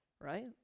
right